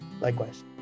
Likewise